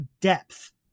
depth